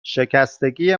شکستگی